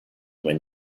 when